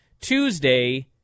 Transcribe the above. Tuesday